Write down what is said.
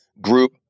group